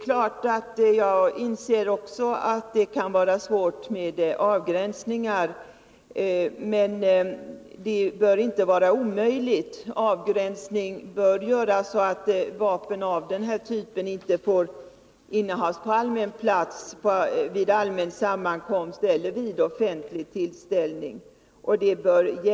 Jaginser självfallet också att det kan vara svårt med avgränsningar, men de bör inte vara omöjliga att åstadkomma. Avgränsning bör göras så att vapen av den här typen inte får innehas på allmän plats, vid allmän sammankomst eller vid offentlig tillställning.